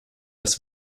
das